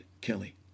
Kelly